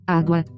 água